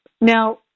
now